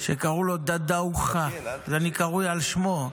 שקראו לו דאדא אוכא, ואני קרוי על שמו.